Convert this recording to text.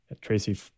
Tracy